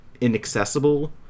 inaccessible